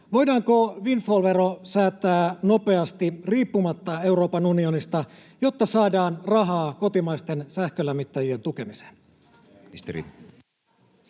voidaanko windfall-vero säätää nopeasti riippumatta Euroopan unionista, jotta saadaan rahaa kotimaisten sähkölämmittäjien tukemiseen?